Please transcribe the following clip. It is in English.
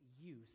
use